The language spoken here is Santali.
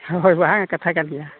ᱦᱳᱭ ᱦᱳᱭ ᱵᱟᱝ ᱠᱟᱛᱷᱟᱠᱟᱱ ᱜᱮᱭᱟ